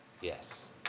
yes